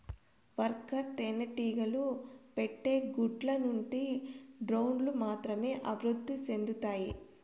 worker తేనెటీగలు పెట్టే గుడ్ల నుండి డ్రోన్లు మాత్రమే అభివృద్ధి సెందుతాయి